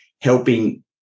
helping